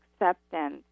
acceptance